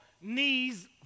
knees